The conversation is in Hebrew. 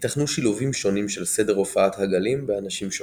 ייתכנו שילובים שונים של סדר הופעת הגלים באנשים שונים.